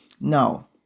Now